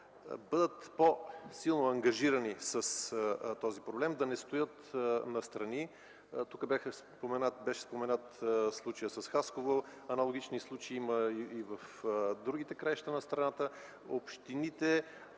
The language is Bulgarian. бъдат по-силно ангажирани с този проблем; да не стоят настрани. Тук беше споменат случаят с Хасково; аналогични случаи има и в другите краища на страната. Общините